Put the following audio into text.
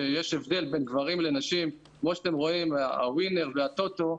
שיש הבדל בין גברים לנשים כמו שאתם רואים הווינר והטוטו,